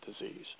disease